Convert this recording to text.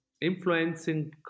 influencing